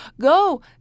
Go